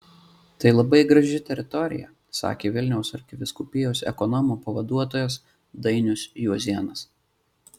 tai labai graži teritorija sakė vilniaus arkivyskupijos ekonomo pavaduotojas dainius juozėnas